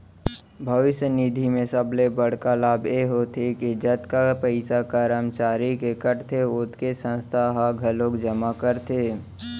भविस्य निधि म सबले बड़का लाभ ए होथे के जतका पइसा करमचारी के कटथे ओतके संस्था ह घलोक जमा करथे